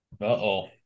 Uh-oh